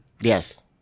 Yes